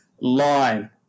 line